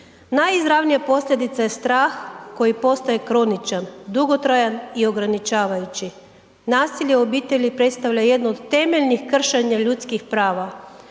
Najizravnija posljedica je strah koji postaje kroničan, dugotrajan i ograničavajući. Nasilje u obitelji predstavlja jednu od temeljnih kršenja ljudskih prava,